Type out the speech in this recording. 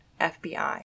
FBI